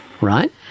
right